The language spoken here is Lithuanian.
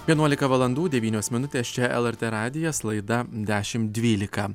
vienuolika valandų devynios minutės čia lrt radijas laida dešimt dvylika